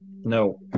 No